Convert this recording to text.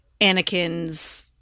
Anakin's –